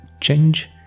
change